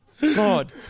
God